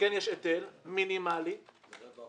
שיש היטל מינימלי -- של רבע אחוז.